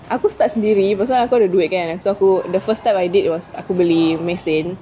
aku start pasal aku ada duit kan so aku the first step I did was aku beli mesin